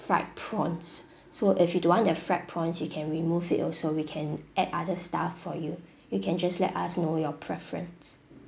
fried prawns so if you don't want the fried prawns you can remove it also we can add other stuff for you you can just let us know your preference